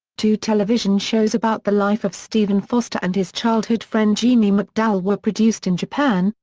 two television shows about the life of stephen foster and his childhood friend jeanie macdowell were produced in japan,